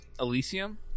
Elysium